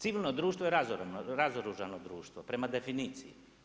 Civilno društvo je razoružano društvo prema definiciji.